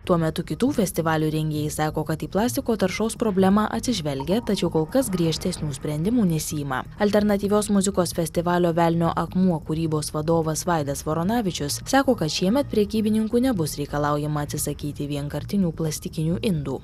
tuo metu kitų festivalių rengėjai sako kad į plastiko taršos problemą atsižvelgia tačiau kol kas griežtesnių sprendimų nesiima alternatyvios muzikos festivalio velnio akmuo kūrybos vadovas vaidas voronavičius sako kad šiemet prekybininkų nebus reikalaujama atsisakyti vienkartinių plastikinių indų